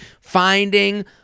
Finding